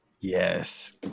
Yes